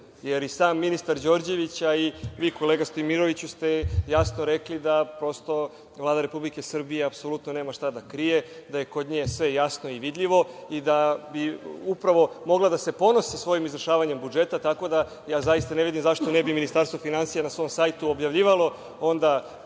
jer i sam ministar Đorđević, a i vi kolega Stojmiroviću ste jasno rekli da Vlada Republike Srbije apsolutno nema šta da krije, da je kod nje sve jasno i vidljivo, i da bi upravo mogla da se ponosi sa svojim izvršavanjem budžeta, tako da zaista ne vidim zašto ne bi Ministarstvo finansija na svom sajtu objavljivalo, onda,